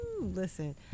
Listen